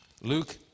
Luke